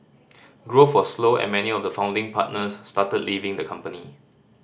growth was slow and many of the founding partners started leaving the company